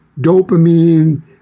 dopamine